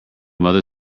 mother